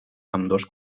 ambdós